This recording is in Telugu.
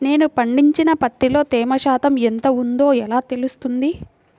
నేను పండించిన పత్తిలో తేమ శాతం ఎంత ఉందో ఎలా తెలుస్తుంది?